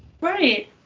Right